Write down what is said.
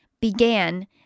began